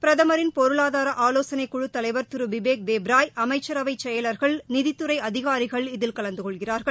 பிரதமரின் பொருளாதார ஆலோசனைக் குழு தலைவர் திரு பிபேக் தேப்ராய் அமைச்சரவை செயலர்கள் நிதித்துறை அதிகாரிகள் இதில் கலந்து கொள்கிறார்கள்